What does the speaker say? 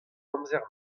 amzer